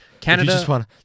Canada